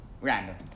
random